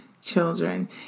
children